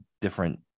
different